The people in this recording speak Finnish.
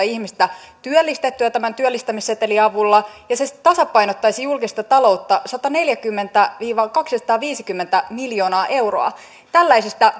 ihmistä työllistettyä työllistämissetelin avulla ja se tasapainottaisi julkista taloutta sataneljäkymmentä viiva kaksisataaviisikymmentä miljoonaa euroa tällaisista